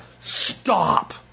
stop